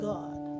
God